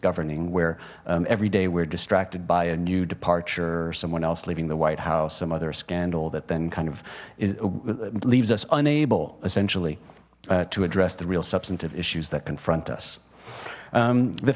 governing where everyday we're distracted by a new departure or someone else leaving the white house some other scandal that then kind of it leaves us unable essentially to address the real substantive issues that confront us